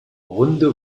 runde